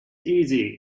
easy